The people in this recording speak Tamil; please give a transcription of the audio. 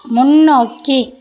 முன்னோக்கி